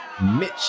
Mitch